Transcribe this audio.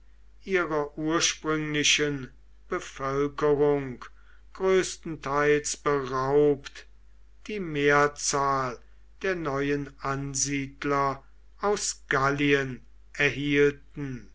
ihrer ursprünglichen bevölkerung größtenteils beraubt die mehrzahl der neuen ansiedler aus gallien erhielten